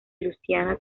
luciana